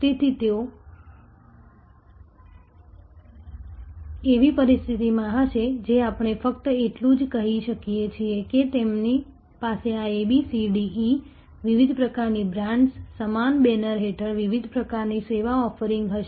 તેથી તેઓ એવી પરિસ્થિતિમાં હશે જે આપણે ફક્ત એટલું જ કહીએ છીએ કે તેમની પાસે આ A B C D E વિવિધ પ્રકારની બ્રાન્ડ્સ સમાન બેનર હેઠળ વિવિધ પ્રકારની સેવા ઓફરિંગ હશે